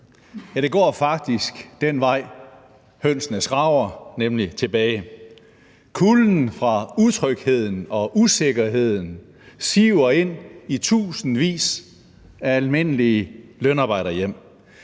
Det går faktisk den vej, hønsene skraber, nemlig tilbage. Kulden fra utrygheden og usikkerheden siver ind i tusindvis af almindelige lønarbejderhjem.